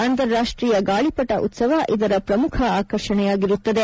ಅಂತಾರಾಷ್ಟೀಯ ಗಾಳಿಪಟ ಉತ್ಸವ ಇದರ ಪ್ರಮುಖ ಆಕರ್ಷಣೆಯಾಗಿರುತ್ತದೆ